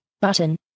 Button